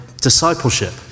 discipleship